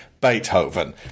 Beethoven